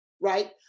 right